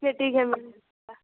ठीक है ठीक है मिल जाएगा